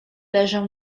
leżą